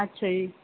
ਅੱਛਾ ਜੀ